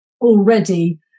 already